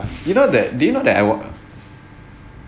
you know that do you know that I work